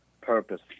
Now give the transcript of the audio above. purpose